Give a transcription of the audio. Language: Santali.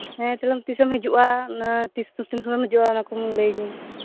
ᱦᱮᱸ ᱛᱟᱦᱚᱞᱮ ᱛᱤᱥᱮᱢ ᱦᱤᱡᱩᱜᱼᱟ ᱛᱤᱱ ᱥᱩᱢᱳᱭᱮᱢ ᱦᱤᱡᱩᱜᱼᱟ ᱚᱱᱟᱠᱚᱢ ᱞᱟᱹᱭᱟᱹᱧᱟᱹ